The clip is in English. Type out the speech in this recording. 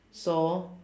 so